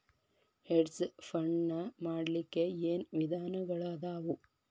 Hedge fund ನ ಮಾಡ್ಲಿಕ್ಕೆ ಏನ್ ವಿಧಾನಗಳದಾವು?